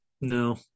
no